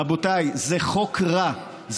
רבותיי, זה חוק רע.